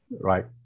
right